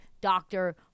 doctor